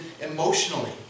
emotionally